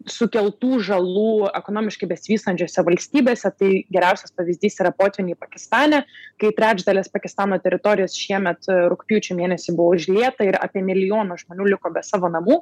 sukeltų žalų ekonomiškai besivystančiose valstybėse tai geriausias pavyzdys yra potvyniai pakistane kai trečdalis pakistano teritorijos šiemet rugpjūčio mėnesį buvo užlieta ir apie milijonas žmonių liko be savo namų